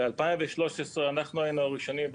ב-2013 אנחנו היינו הראשונים,